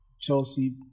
Chelsea